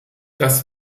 das